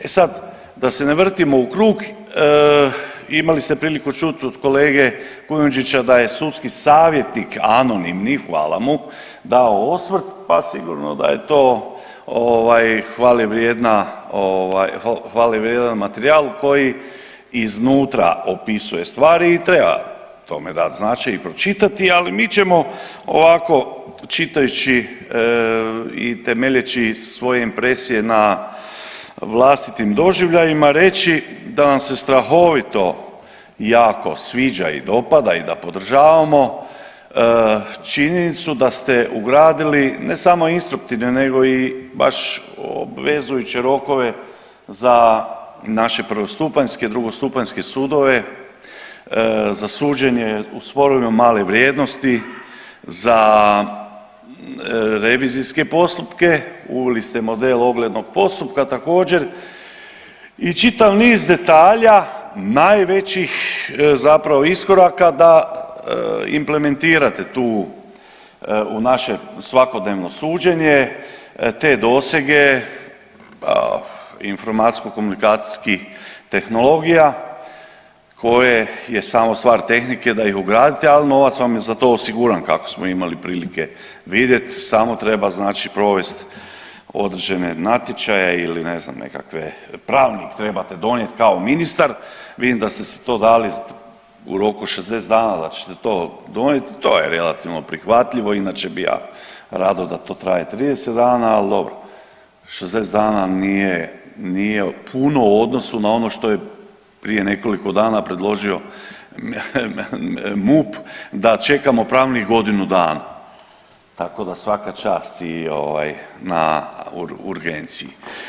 E sad da se ne vrtimo u krug imali ste priliku čut od kolege Kujundžića da je sudski savjetnika anonimni, hvala mu, dao osvrt, pa sigurno da je to ovaj hvale vrijedna ovaj, hvale vrijedan materijal koji iznutra opisuje stvari i treba tome dat značaj i pročitati, ali mi ćemo ovako čitajući i temeljeći svoje impresije na vlastitim doživljajima reći da nam se strahovito jako sviđa i dopada i da podržavamo činjenicu da ste ugradili ne samo instruktivne nego i baš obvezujuće rokove za naše prvostupanjske i drugostupanjske sudove za suđenje u sporovima male vrijednosti, za revizijske postupke, uveli ste model oglednog postupka također i čitav niz detalja najvećih zapravo iskoraka da implementirate tu u naše svakodnevno suđenje te dosege informacijsko komunikacijskih tehnologija koje je samo stvar tehnike da ih ugradite, al novac vam je za to osiguran kako smo imali prilike vidjet, samo treba znači provest određene natječaje ili ne znam nekakve pravno ih trebate donijeti kao ministar, vidim da ste si to dali u roku 60 dana da ćete to donijet, to je relativno prihvatljivo inače bi ja rado da to traje 30 dana, al dobro, 60 dana nije, nije puno u odnosu na ono što je prije nekoliko dana predložio MUP da čekamo pravnih godinu dana, tako da svaka čast i ovaj na urgenciji.